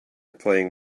playing